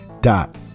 dot